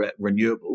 renewables